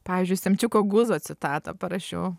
pavyzdžiui semčiuko guzo citatą parašiau